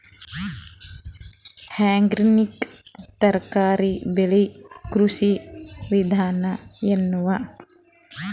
Organic ತರಕಾರಿ ಬೆಳಿ ಕೃಷಿ ವಿಧಾನ ಎನವ?